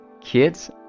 Kids